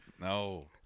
No